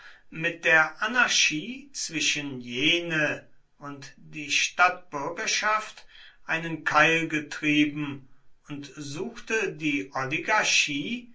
mit der anarchie zwischen jene und die stadtbürgerschaft einen keil getrieben und suchte die oligarchie